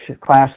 class